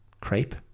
crepe